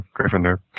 Gryffindor